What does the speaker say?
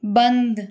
बंद